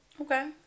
Okay